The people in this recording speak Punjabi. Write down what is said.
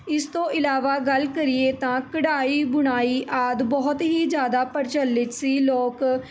ਇਸ ਤੋਂ ਇਲਾਵਾ ਗੱਲ ਕਰੀਏ ਤਾਂ ਕਢਾਈ ਬੁਣਾਈ ਆਦਿ ਬਹੁਤ ਹੀ ਜ਼ਿਆਦਾ ਪ੍ਰਚਲਿਤ ਸੀ ਲੋਕ